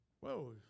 Whoa